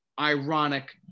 ironic